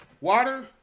water